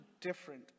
different